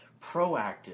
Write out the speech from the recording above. proactive